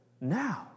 now